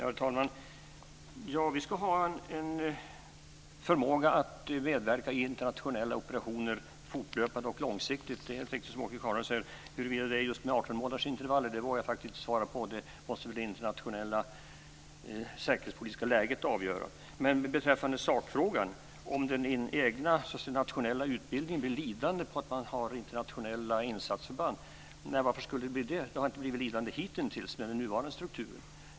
Herr talman! Vi ska ha en förmåga att medverka i internationella operationer fortlöpande och långsiktigt. Det Åke Carnerö säger är helt riktigt. Huruvida det blir med just 18 månaders intervaller vågar jag inte svara på. Det måste det internationella säkerhetspolitiska läget avgöra. Sedan var det sakfrågan, nämligen om den egna nationella utbildningen blir lidande av att det finns internationella insatsförband. Varför skulle det vara så? Den har hittills inte blivit lidande i den nuvarande strukturen.